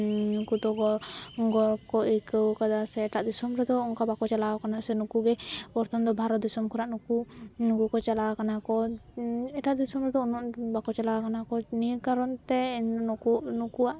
ᱩᱱᱠᱩ ᱫᱚᱠᱚ ᱜᱚᱨᱚᱵ ᱠᱚ ᱟᱹᱭᱠᱟᱹᱣ ᱠᱟᱫᱟ ᱥᱮ ᱮᱴᱟᱜ ᱫᱤᱥᱚᱢ ᱨᱮᱫᱚ ᱚᱝᱠᱟ ᱵᱟᱠᱚ ᱪᱟᱞᱟᱣ ᱠᱟᱱᱟ ᱥᱮ ᱱᱩᱠᱩ ᱜᱮ ᱢᱮᱱᱫᱚ ᱵᱷᱟᱨᱚᱛ ᱫᱤᱥᱚᱢ ᱠᱷᱚᱱᱟᱜ ᱱᱩᱠᱩ ᱱᱩᱠᱩ ᱠᱚ ᱪᱟᱞᱟᱣ ᱠᱟᱱᱟ ᱠᱚ ᱮᱴᱟᱜ ᱫᱤᱥᱚᱢ ᱨᱮᱫᱚ ᱩᱱᱟᱹᱜ ᱵᱟᱠᱚ ᱪᱟᱞᱟᱣ ᱠᱟᱱᱟ ᱠᱚ ᱱᱤᱭᱟᱹ ᱠᱟᱨᱚᱱᱛᱮ ᱱᱩᱠᱩ ᱱᱩᱠᱩᱣᱟᱜ